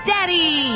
Daddy